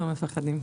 לא מפחדים.